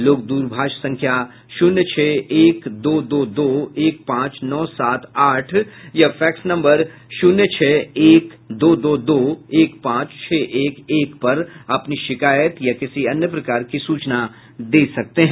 लोग द्रभाष संख्या शून्य छह एक दो दो दो एक पांच नौ सात आठ या फैक्स नम्बर शून्य छह एक दो दो दो एक पांच छह एक एक पर अपनी शिकायत या किसी अन्य प्रकार की सूचना दे सकते हैं